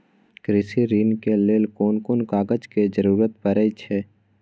कृषि ऋण के लेल कोन कोन कागज के जरुरत परे छै?